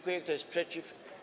Kto jest przeciw?